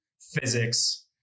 physics